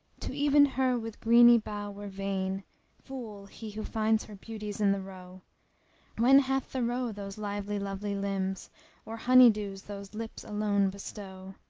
to even her with greeny bough were vain fool he who finds her beauties in the roe when hath the roe those lively lovely limbs or honey dews those lips alone bestow?